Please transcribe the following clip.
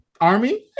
Army